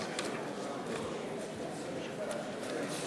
ההצבעה: 17